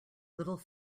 little